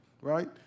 right